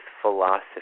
philosophy